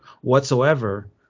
whatsoever